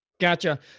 Gotcha